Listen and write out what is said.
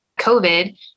COVID